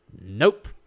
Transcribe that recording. Nope